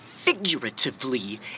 Figuratively